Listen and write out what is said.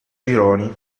gironi